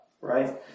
right